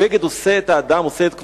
הבגד עושה את האדם, עושה את כבודו.